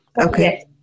Okay